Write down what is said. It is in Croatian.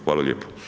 Hvala lijepo.